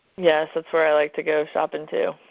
yes, that's where i like to go shopping too.